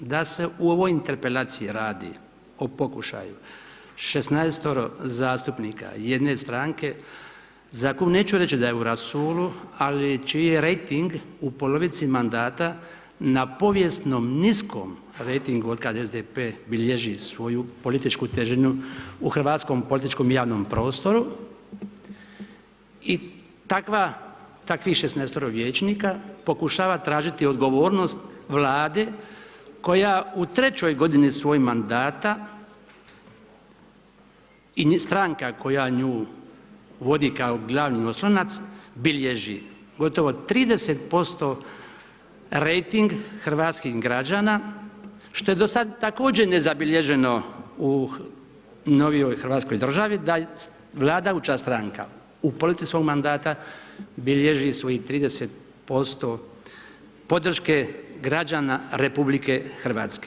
Da se u ovoj Interpelaciji radi o pokušaju 16 zastupnika jedne stranke, neću reći da je u rasulu, ali čiji je rejting u polovici mandata na povijesnom niskom rejtingu od kada SDP bilježi svoju političku težinu u hrvatskom političkom javnom prostoru i takvih 16 vijećnika pokušava tražiti odgovornost Vlade koja u 3 godini svojeg mandata i stranka koja nju vodi kao glavni oslonac bilježi gotovo 30% rejting hrvatskih građana što je do sad također nezabilježeno u novijoj Hrvatskoj državi da vladajuća stranka u polovici svog mandata bilježi svojih 30% podrške građana RH.